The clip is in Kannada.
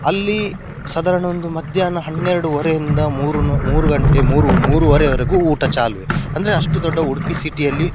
ಅಲ್ಲಿ ಸಾಧಾರಣ ಒಂದು ಮಧ್ಯಾಹ್ನ ಹನ್ನೆರಡೂವರೆಯಿಂದ ಮೂರು ನು ಮೂರು ಗಂಟೆ ಮೂರು ಮೂರೂವರೆವರೆಗೂ ಊಟ ಚಾಲುವೇ ಅಂದರೆ ಅಷ್ಟು ದೊಡ್ಡ ಉಡುಪಿ ಸಿಟಿಯಲ್ಲಿ